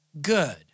good